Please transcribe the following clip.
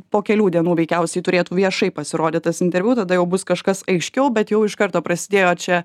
po kelių dienų veikiausiai turėtų viešai pasirodyt tas interviu tada jau bus kažkas aiškiau bet jau iš karto prasidėjo čia